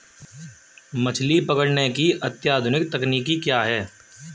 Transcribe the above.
मछली पकड़ने की अत्याधुनिक तकनीकी क्या है?